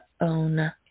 own